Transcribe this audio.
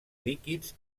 líquids